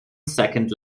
second